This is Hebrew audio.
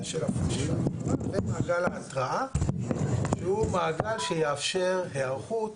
של הפרה ומעגל ההתראה שהוא מעגל שיאפשר הערכות,